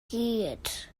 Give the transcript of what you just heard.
gyd